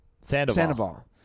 Sandoval